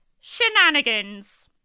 shenanigans